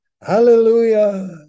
hallelujah